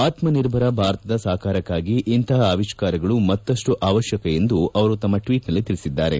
ಆತ್ಲನಿರ್ಭರ ಭಾರತದ ಸಾಕಾರಕ್ಕಾಗಿ ಇಂತಹ ಅವಿಷ್ಣಾರಗಳು ಮತ್ತಷ್ಟು ಅವಶ್ವಕ ಎಂದು ಅವರು ತಮ್ಮ ಟ್ವೀಟ್ನಲ್ಲಿ ತಿಳಿಸಿದ್ದಾರೆ